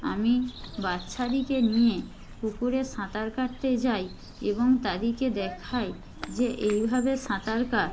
আমি বাচ্চাদিকে নিয়ে পুকুরে সাঁতার কাটতে যাই এবং তাদিকে দেখাই যে এইভাবে সাঁতার কাট